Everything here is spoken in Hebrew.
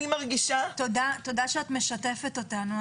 משתפת אותנו.